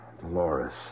Dolores